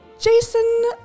Jason